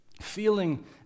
feeling